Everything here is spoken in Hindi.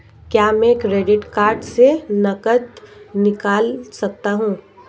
क्या मैं क्रेडिट कार्ड से नकद निकाल सकता हूँ?